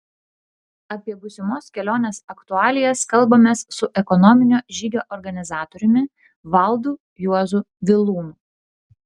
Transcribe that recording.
apie būsimos kelionės aktualijas kalbamės su ekonominio žygio organizatoriumi valdu juozu vilūnu